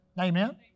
Amen